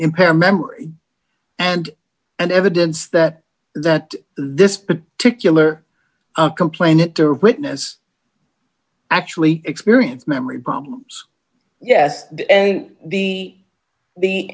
impair memory and and evidence that that this particular complainant or written is actually experience memory problems yes and the the